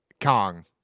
Kong